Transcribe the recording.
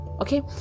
Okay